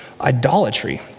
idolatry